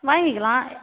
வாங்கிக்கலாம்